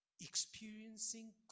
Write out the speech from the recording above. experiencing